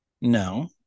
No